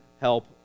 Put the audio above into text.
help